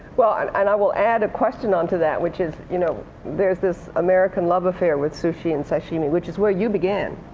and and i will add a question on to that, which is you know there's this american love affair with sushi and sashimi, which is where you began.